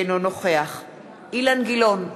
אינו נוכח אילן גילאון,